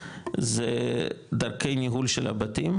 זה דרכי ניהול של הבתים,